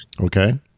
Okay